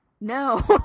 No